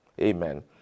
Amen